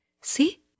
See